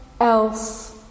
else